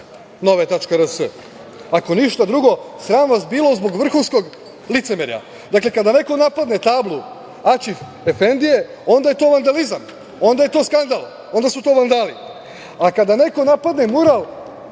nova.rs. Ako ništa drugo, sram vas bilo zbog vrhunskog licemerja. Dakle, kada neko napadne tablu Aćif Efendije, onda je to vandalizam, onda je to skandal, onda su to vandali, a kada neko napadne mural